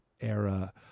era